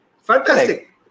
fantastic